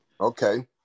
Okay